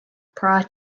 prior